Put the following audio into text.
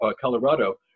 Colorado